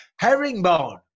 Herringbone